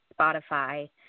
Spotify